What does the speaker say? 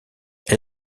elle